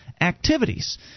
activities